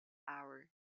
hour